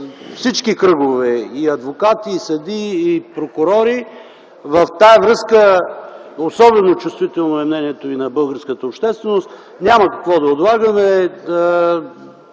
всички кръгове – адвокати, съдии и прокурори. В тази връзка особено чувствително е мнението и на българската общественост. Няма какво да отлагаме.